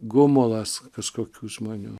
gumulas kažkokių žmonių